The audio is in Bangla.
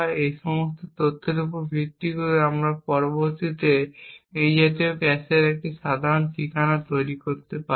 এই সমস্ত তথ্যের উপর ভিত্তি করে আমরা পরবর্তীতে এই জাতীয় ক্যাশের একটি সাধারণ ঠিকানা তৈরি করতে পারি